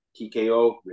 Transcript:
TKO